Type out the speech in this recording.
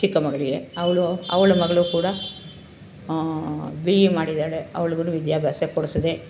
ಚಿಕ್ಕ ಮಗಳಿಗೆ ಅವಳು ಅವಳ ಮಗಳು ಕೂಡ ಬಿ ಎ ಮಾಡಿದ್ದಾಳೆ ಅವ್ಳಿಗೂ ವಿದ್ಯಾಭ್ಯಾಸ ಕೊಡಿಸಿದೆ